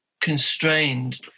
constrained